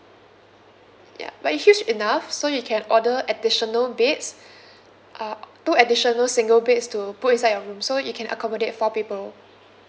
ya but it's huge enough so you can order additional beds uh two additional single beds to put inside your room so it can accommodate four people